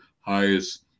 highest